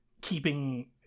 keeping